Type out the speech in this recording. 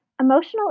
Emotional